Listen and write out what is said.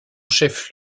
chef